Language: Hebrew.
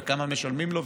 וכמה משלמים לו,